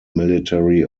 military